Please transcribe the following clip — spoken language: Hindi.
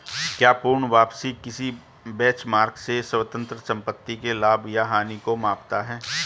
क्या पूर्ण वापसी किसी बेंचमार्क से स्वतंत्र संपत्ति के लाभ या हानि को मापता है?